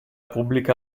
pubblica